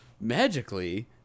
Magically